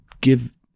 give